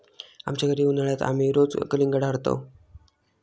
आमच्या घरी उन्हाळयात आमी रोज कलिंगडा हाडतंव